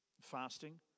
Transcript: fasting